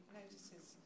notices